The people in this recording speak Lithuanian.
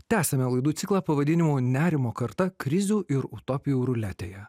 tęsiame laidų ciklą pavadinimu nerimo karta krizių ir utopijų ruletėje